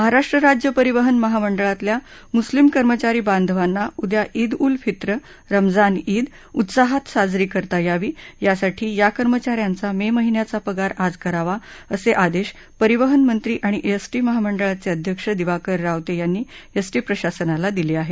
महाराष्ट्र राज्य परिवहन महामंडळातल्या मुस्लिम कर्मचारी बांधवांना उद्या ईद उल फित्र रमजान ईद उत्साहात साजरी करता यावी यासाठी या कर्मचाऱ्यांचा मे महिन्याचा पगार आज करावा असे आदेश परिवहन मंत्री आणि एसटी महामंडळाचे अध्यक्ष दिवाकर रावते यांनी एसटी प्रशासनाला दिले आहेत